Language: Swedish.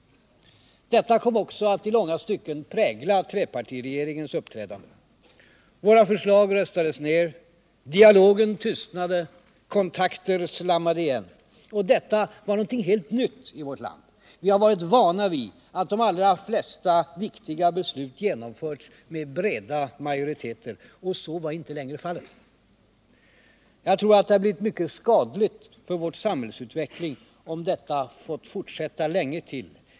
Detta kom också att i långa stycken prägla trepartiregeringens uppträdande. Våra förslag röstades ned, dialogen tystnade, kontakter slammade igen. Detta var något helt nytt i vårt land. Vi har varit vana vid att de allra flesta viktiga beslut genomförts med breda majoriteter. Så var inte längre fallet. Jag tror att det skulle ha blivit mycket skadligt för vår samhällsutveckling om detta fått fortsätta länge till.